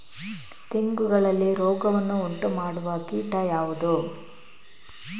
ತೆಂಗುಗಳಲ್ಲಿ ರೋಗವನ್ನು ಉಂಟುಮಾಡುವ ಕೀಟ ಯಾವುದು?